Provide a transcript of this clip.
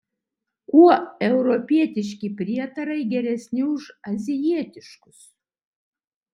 kuo europietiški prietarai geresni už azijietiškus